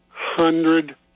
hundred